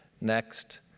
next